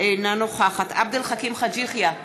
אינה נוכחת עבד אל חכים חאג' יחיא,